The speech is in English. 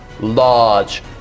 large